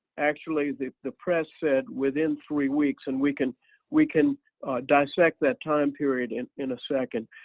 actually the the press said within three weeks, and we can we can dissect that time period in in a second.